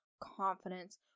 confidence